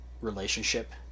relationship